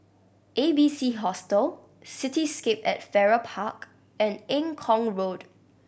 A B C Hostel Cityscape at Farrer Park and Eng Kong Road